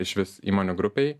iš vis įmonių grupei